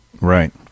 Right